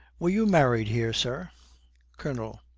were you married here, sir colonel.